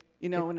you know,